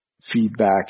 feedback